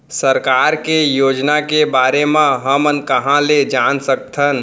सरकार के योजना के बारे म हमन कहाँ ल जान सकथन?